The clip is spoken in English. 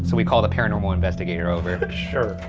so we called a paranormal investigator over. sure.